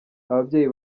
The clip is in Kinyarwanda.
ababyeyi